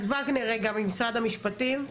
משרד המשפטים.